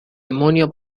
demonio